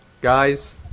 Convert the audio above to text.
Guys